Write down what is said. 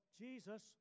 Jesus